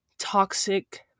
toxic